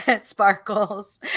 sparkles